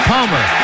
Palmer